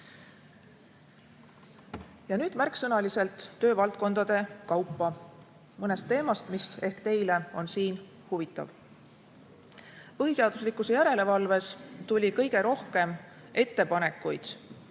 heaks. Nüüd märksõnaliselt töövaldkondade kaupa mõnest teemast, mis ehk teile on siin huvitav. Põhiseaduslikkuse järelevalves tuli kõige rohkem ettepanekuid